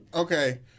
Okay